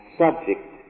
subject